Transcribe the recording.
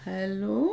Hello